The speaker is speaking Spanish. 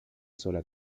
sola